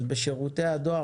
בדיון על שירותי הדואר,